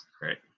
Great